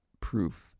proof